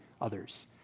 others